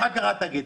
אחר כך את תגיבי.